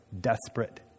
desperate